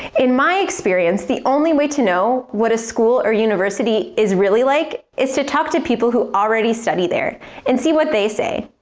in my experience, the only way to know what a school or university is really like is to talk to people who already study there and see what they say.